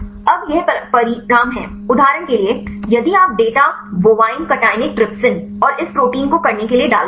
अब यह परिणाम है उदाहरण के लिए यदि आप डेटा बोवाइन cationic trypsin और इस प्रोटीन को करने के लिए डालते हैं